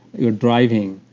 you're driving.